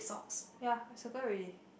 ya I circle already